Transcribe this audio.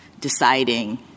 deciding